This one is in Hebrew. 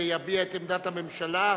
ויביע את עמדת הממשלה.